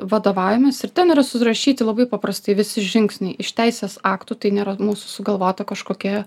vadovaujamės ir ten yra surašyti labai paprastai visi žingsniai iš teisės aktų tai nėra mūsų sugalvota kažkokia